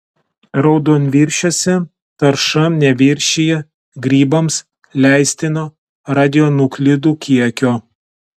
raudonviršiuose tarša neviršija grybams leistino radionuklidų kiekio